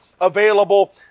available